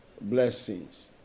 Blessings